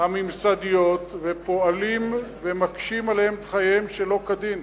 הממסדיות ופועלים ומקשים עליהם את חייהם שלא כדין.